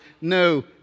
no